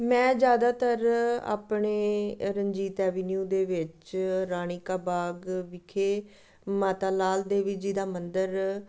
ਮੈਂ ਜ਼ਿਆਦਾਤਰ ਆਪਣੇ ਰਣਜੀਤ ਐਵਨਿਊ ਦੇ ਵਿੱਚ ਰਾਣੀ ਕਾ ਬਾਗ ਵਿਖੇ ਮਾਤਾ ਲਾਲ ਦੇਵੀ ਜੀ ਦਾ ਮੰਦਰ